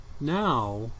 now